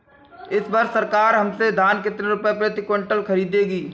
इस वर्ष सरकार हमसे धान कितने रुपए प्रति क्विंटल खरीदेगी?